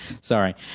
Sorry